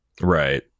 Right